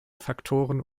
faktoren